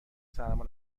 سرما